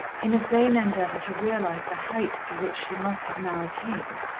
in a vain endeavour to realize the height to which she must have now attained.